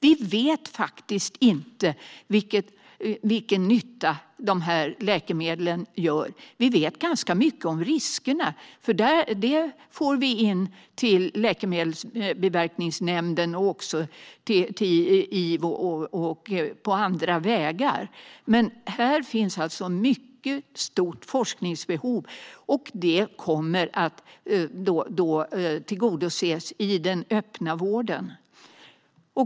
Vi vet faktiskt inte vilken nytta dessa läkemedel gör. Vi vet ganska mycket om riskerna eftersom de anmäls till Läkemedelsbiverkningsnämnden och på andra vägar. Här finns alltså ett mycket stort forskningsbehov, och det kommer att tillgodoses i den öppna vården.